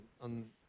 on